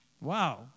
wow